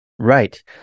Right